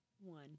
One